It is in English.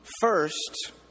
first